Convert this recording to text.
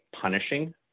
punishing